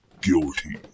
Guilty